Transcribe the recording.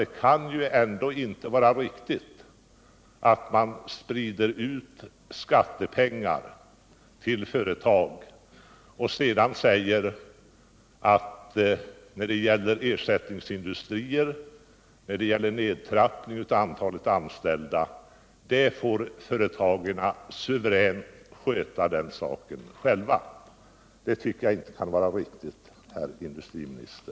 Det kan ändå inte vara riktigt, herr industriminister, att sprida ut skattepengar till företag och samtidigt säga att frågor om ersättningsindustrier och nedtrappning av antalet anställda får ankomma på företagen själva att suveränt avgöra.